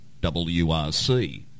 WRC